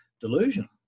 delusion